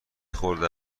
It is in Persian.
خورده